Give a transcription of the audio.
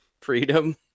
freedom